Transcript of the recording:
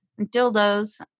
dildos